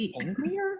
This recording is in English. angrier